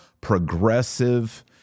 progressive